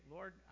Lord